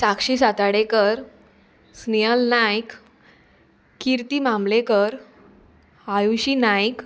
Sakshi Satardekar Snehal Naik Kirti Mamlekar Ayushi Naik